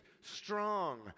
strong